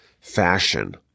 fashion